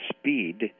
speed